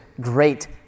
great